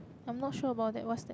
I'm not sure about that what's